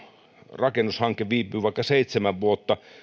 rakennushanke viipyy vaikka seitsemän vuotta